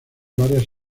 varias